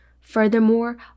Furthermore